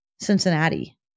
Cincinnati